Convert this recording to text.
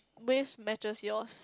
waves matches yours